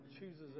chooses